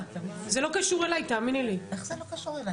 זה יהיה אותם אסירים,